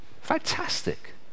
fantastic